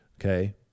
Okay